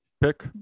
pick